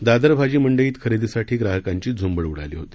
दादर भाजी मंडईत खरेदीसाठी ग्राहकांची झुंबड उडाली होती